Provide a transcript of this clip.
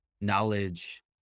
knowledge